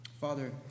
Father